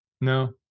No